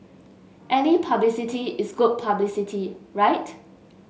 any publicity is good publicity right